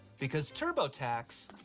because turbotax.